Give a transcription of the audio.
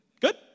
Good